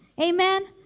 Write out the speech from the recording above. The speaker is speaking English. Amen